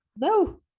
No